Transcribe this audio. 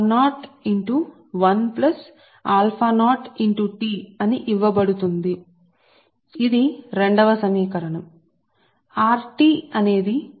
మరియు ఉష్ణోగ్రత T యొక్క రెసిస్టన్స్ మీకు తెలుసు ఇది సమీకరణం 2